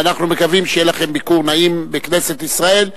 אנחנו מקווים שיהיה לכן ביקור נעים בכנסת ישראל,